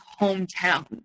hometown